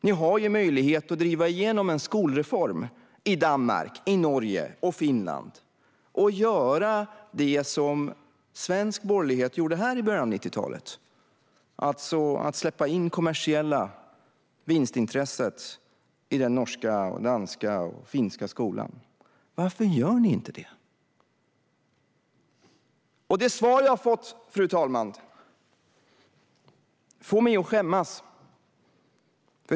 Ni har möjlighet att driva igenom en skolreform i Danmark, i Norge och i Finland och göra det som svensk borgerlighet gjorde här i början av 90-talet, att släppa in det kommersiella vinstintresset i norska, danska och finska skolan. Varför gör ni inte det? Det svar jag har fått, fru talman, får mig att skämmas.